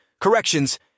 corrections